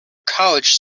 college